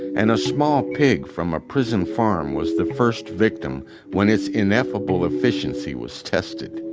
and a small pig from a prison farm was the first victim when its ineffable efficiency was tested.